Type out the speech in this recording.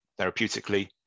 therapeutically